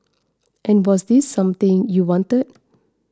and was this something you wanted